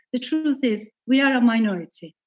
the truth is we are a minority.